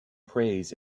prays